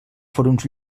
fòrums